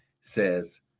says